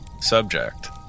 subject